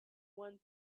one